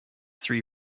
three